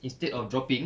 instead of dropping